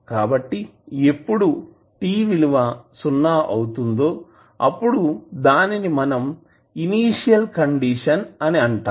కాబట్టి ఎప్పుడు t విలువ సున్నా అవుతుందోఅప్పుడు దానిని మనం ఇనీషియల్ కండిషన్ అని అంటాము